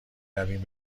رویم